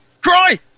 cry